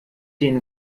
den